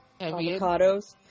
Avocados